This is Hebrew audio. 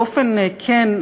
באופן כן,